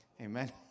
Amen